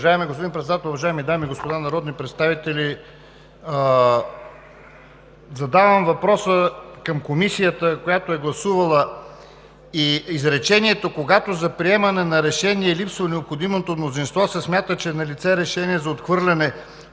Уважаеми господин Председател, уважаеми дами и господа народни представители! Задавам въпрос към Комисията, която е гласувала изречението „Когато за приемане на решение липсва необходимото мнозинство, се смята, че е налице решение за отхвърляне,